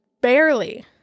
barely